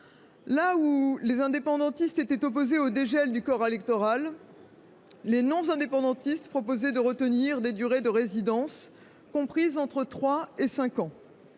que les indépendantistes étaient opposés au dégel du corps électoral, les non indépendantistes proposaient de retenir des durées de résidence comprises entre trois